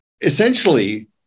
essentially